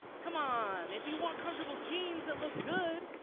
come on, if you want comfortable jeans that look good,